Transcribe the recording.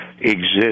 exist